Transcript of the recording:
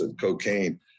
cocaine